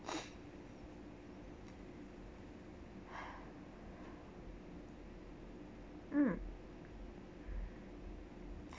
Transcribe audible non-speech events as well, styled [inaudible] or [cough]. [breath] mm